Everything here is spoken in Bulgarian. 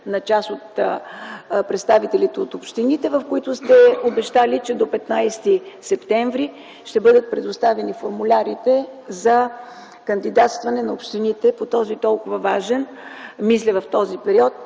на част от представителите от общините, на които сте обещали, че до 15 септември ще бъдат предоставени формулярите за кандидатстване на общините по този толкова важен проблем в този толкова